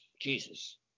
Jesus